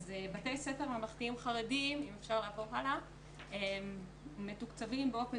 בתי ספר ממלכתיים-חרדיים מתוקצבים באופן